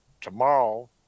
tomorrow